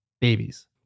babies